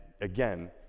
again